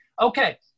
Okay